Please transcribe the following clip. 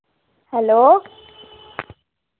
hello